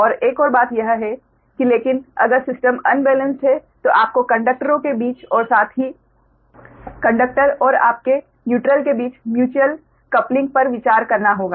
और एक और बात यह है कि लेकिन अगर सिस्टम अनबेलेंस्ड है तो आपको कंडक्टरों के बीच और साथ ही कंडक्टर और आपके न्यूट्रल के बीच म्यूचुअल कपलिंग पर विचार करना होगा